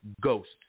ghost